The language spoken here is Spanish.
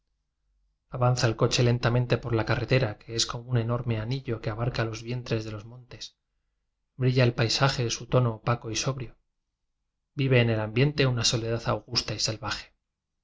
el coche lentamente por la carre tel a que es como un enorme anillo que abar cara los vientres de los montes brilla el pai saje su tono opaco y sobrio vive en el am biente una soledad augusta y salvaje